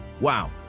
Wow